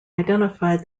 identified